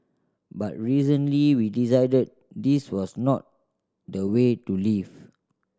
but recently we decided this was not the way to live